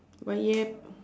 but yup